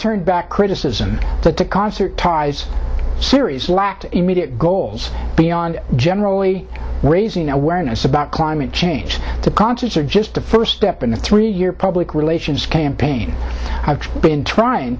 turned back criticism that the concert ties series lacked immediate goals beyond generally raising awareness about climate change to conscience or just a first step in the three year public relations campaign i've been trying